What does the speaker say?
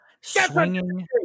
Swinging